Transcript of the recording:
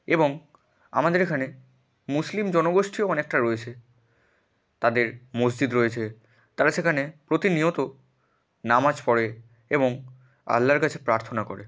এবং আমাদের এখানে মুসলিম জনগোষ্ঠীও অনেকটা রয়েছে তাদের মসজিদ রয়েছে তারা সেখানে প্রতিনিয়ত নামাজ পড়ে এবং আল্লার কাছে প্রার্থনা করে